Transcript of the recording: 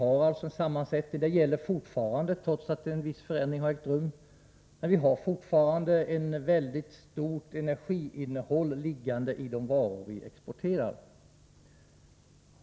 Detta gäller också i dag, trots att en viss förändring har ägt rum. Vi har fortfarande ett mycket stort energiinnehåll liggande i de varor vi exporterar.